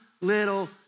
little